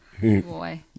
boy